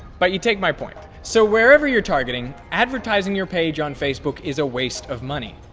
but you take my point. so wherever you're targeting, advertising your page on facebook is a waste of money.